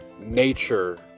Nature